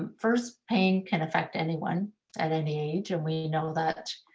first pain can affect anyone at any age. and we know that,